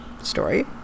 story